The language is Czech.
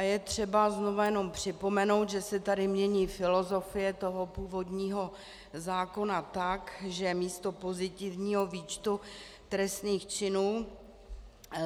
Je třeba znovu jenom připomenout, že se tady mění filozofie původního zákona tak, že místo pozitivního výčtu trestných činů